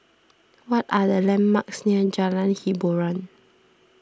what are the landmarks near Jalan Hiboran